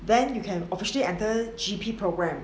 then you can officially enter G_P program